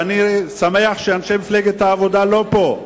ואני שמח שאנשי מפלגת העבודה לא פה,